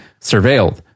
surveilled